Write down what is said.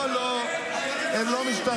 לא, לא, הם לא משתחררים.